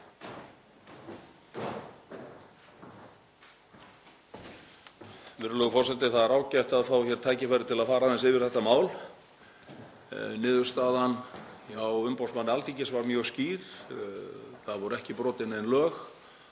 Virðulegur forseti. Það er ágætt að fá tækifæri til að fara aðeins yfir þetta mál. Niðurstaðan hjá umboðsmanni Alþingis var mjög skýr: Það voru ekki brotin nein lög.